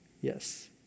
Yes